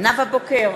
נאוה בוקר,